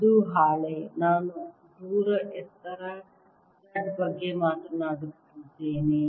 ಇದು ಹಾಳೆ ನಾನು ದೂರ ಎತ್ತರ z ಬಗ್ಗೆ ಮಾತನಾಡುತ್ತಿದ್ದೇನೆ